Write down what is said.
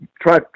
try